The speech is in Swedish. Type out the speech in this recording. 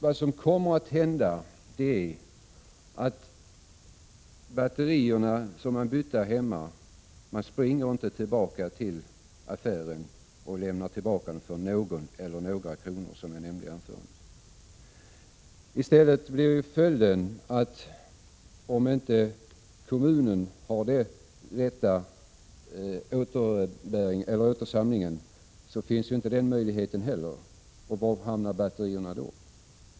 Vad som kommer att hända är att batterierna byts hemma, och man springer inte tillbaka till affären med dem för någon eller några kronor, som jag sade i mitt tidigare anförande. Om inte kommunen ansvarar för återsamlingen finns inte den möjligheten heller, och var hamnar batterierna då?